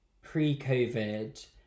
pre-COVID